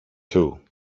two